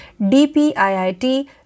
DPIIT